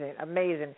amazing